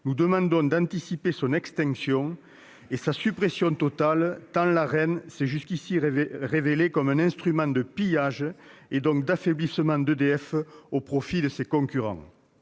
nous demandons d'anticiper l'extinction et la suppression totale du mécanisme, tant l'Arenh s'est jusqu'ici révélé comme un instrument de pillage et d'affaiblissement d'EDF au profit de ses concurrents.